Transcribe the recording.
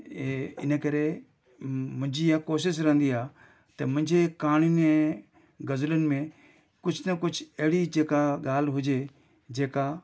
इहे इन करे मुंहिंजी हीअं कोशिशि रहंदी आहे त मुंहिंजे कहाणी में ग़ज़लुनि में कुझु न कुझु अहिड़ी जेका ॻाल्हि हुजे जेका